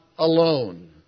alone